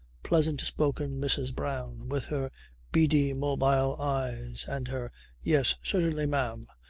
pleasant-spoken mrs. brown with her beady, mobile eyes and her yes certainly, ma'am,